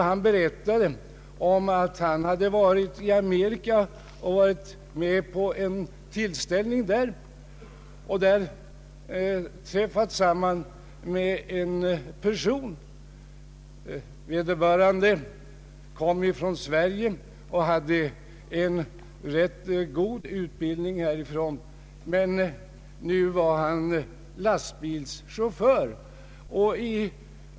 Han berättade att han hade varit i Amerika och varit med på en tillställning där och träffat sam man med en person som kom från Sverige, Denne hade en rätt god utbildning härifrån, men nu var han lastbilschaufför.